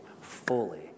fully